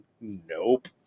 nope